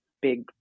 big